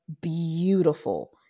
beautiful